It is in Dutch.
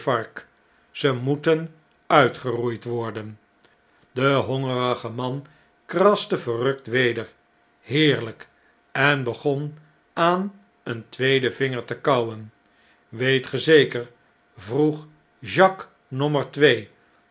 ze moeten uitgeroeid worden de hongerige man kraste verrukt weder heerln'k en begon aan een tweedenvingertekauwen weet ge zeker vroeg jacquesnommertwee